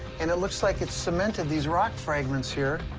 and it looks like it cemented these rock fragments here.